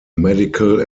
medical